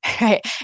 right